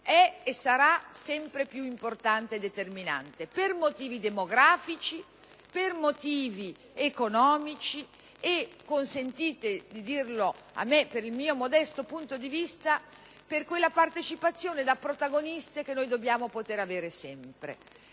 è e sarà sempre più importante e determinante per motivi demografici, economici e - consentitemi di dirlo per il mio modesto punto di vista - per quella partecipazione da protagoniste che dobbiamo poter avere sempre: